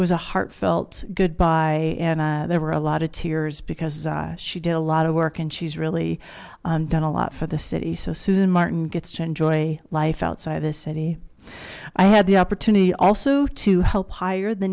it was a heartfelt goodbye and there were a lot of tears because she did a lot of work and she's really done a lot for the city so susan martin gets to enjoy life outside the city i had the opportunity also to help hire the